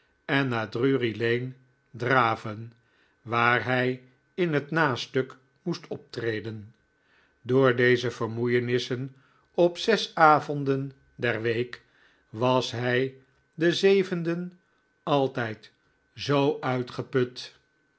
en naar drury-lane draven waar hij in het nastuk moest optreden door deze vermoeienissen op zes avonden der week was hij den zevenden altijd zoo uitgeput